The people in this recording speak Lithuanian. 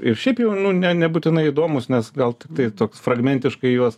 ir šiaip jau nu ne nebūtinai įdomūs nes gal tai toks fragmentiškai juos